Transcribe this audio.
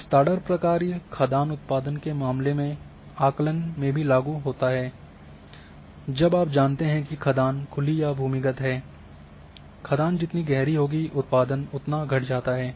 विस्तारण प्रक्रिया खदान उत्पादन के आकलन में भी लागू होता है जब आप जानते हैं कि ये खदान खुली या भूमिगत है खदान जितनी गहरी होगी उत्पादन उतना घट जाता है